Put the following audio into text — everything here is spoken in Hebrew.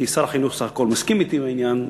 כי שר החינוך בסך הכול מסכים אתי בעניין,